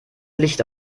licht